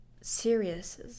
serious